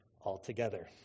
altogether